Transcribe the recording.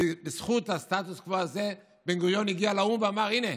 בזכות הסטטוס קוו הזה בן-גוריון הגיע לאו"ם ואמר: הינה,